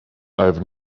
i’ve